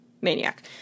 maniac